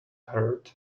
heard